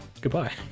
goodbye